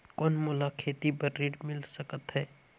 कौन मोला खेती बर ऋण मिल सकत है?